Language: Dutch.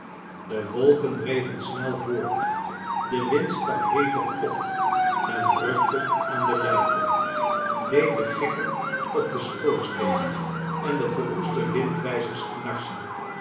de wolken dreven snel voort de wind stak hevig op en rukte aan de luiken deed de gekken op de schoorsteenen en de verroeste windwijzers knarsen